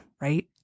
right